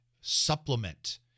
supplement